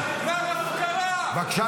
101 אחים ואחיות שלנו, איפה החטופים?